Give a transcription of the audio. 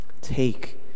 Take